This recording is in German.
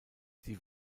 sie